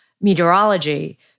meteorology